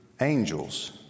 angels